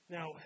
Now